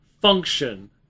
function